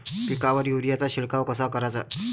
पिकावर युरीया चा शिडकाव कसा कराचा?